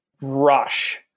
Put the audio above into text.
rush